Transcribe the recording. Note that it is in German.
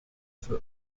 für